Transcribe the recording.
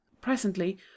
Presently